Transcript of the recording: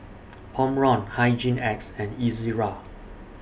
Omron Hygin X and Ezerra